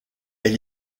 est